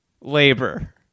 labor